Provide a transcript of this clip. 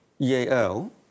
EAL